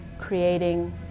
creating